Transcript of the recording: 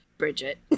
Bridget